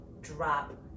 drop